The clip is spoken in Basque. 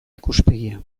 ikuspegia